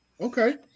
okay